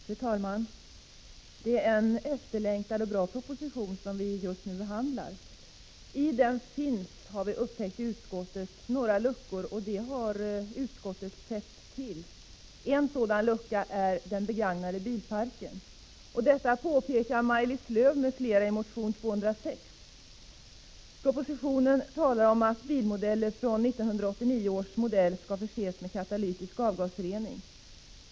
Fru talman! Det är en efterlängtad och bra proposition som vi just nu behandlar. I den finns dock, har vi i utskottet upptäckt, några luckor, som utskottet har täppt till. En sådan lucka är parken med begagnade bilar. Detta påpekar Maj-Lis Lööw m.fl. i motion 206. Propositionen talar om att bilar fr.o.m. 1989 års modell skall förses med katalytisk avgasrening.